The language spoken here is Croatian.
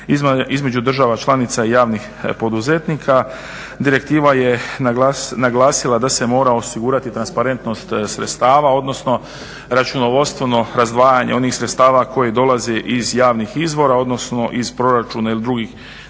između država članica i javnih poduzetnika. Direktiva je naglasila da se mora osigurati transparentnost sredstava odnosno računovodstveno razdvajanje onih sredstava koje dolazi iz javnih izvora odnosno iz proračuna ili drugih djela